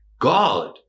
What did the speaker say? God